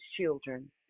children